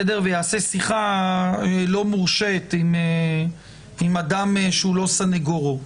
ויעשה שיחה לא מורשית עם אדם שהוא לא סנגורו.